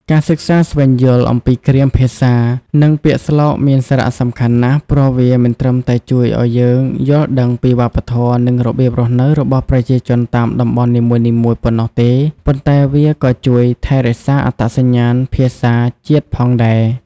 ការសិក្សាស្វែងយល់អំពីគ្រាមភាសា និងពាក្យស្លោកមានសារៈសំខាន់ណាស់ ព្រោះវាមិនត្រឹមតែជួយឲ្យយើងយល់ដឹងពីវប្បធម៌ និងរបៀបរស់នៅរបស់ប្រជាជនតាមតំបន់នីមួយៗប៉ុណ្ណោះទេ ប៉ុន្តែវាក៏ជួយថែរក្សាអត្តសញ្ញាណភាសាជាតិផងដែរ។